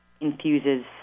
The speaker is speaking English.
infuses